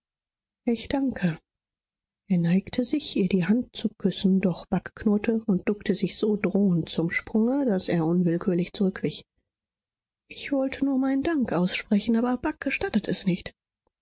ich danke er neigte sich ihr die hand zu küssen doch bagh knurrte und duckte sich so drohend zum sprunge daß er unwillkürlich zurückwich ich wollte nur meinen dank aussprechen aber bagh gestattet es nicht